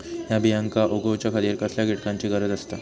हया बियांक उगौच्या खातिर कसल्या घटकांची गरज आसता?